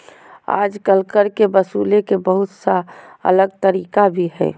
आजकल कर के वसूले के बहुत सा अलग तरीका भी हइ